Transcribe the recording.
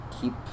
keep